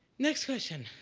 next question.